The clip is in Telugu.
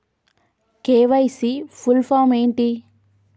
కే.వై.సీ ఫుల్ ఫామ్ ఏంటి?